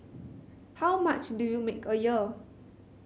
how much do you make a year